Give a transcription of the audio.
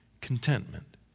contentment